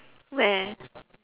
where